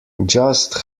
just